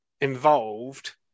involved